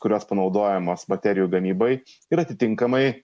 kurios panaudojamos baterijų gamybai ir atitinkamai